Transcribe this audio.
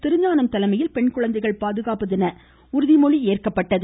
திருஞானம் தலைமையில் பெண்குழந்தைகள் பாதுகாப்பு தின உறுதி ஏற்கப்பட்டது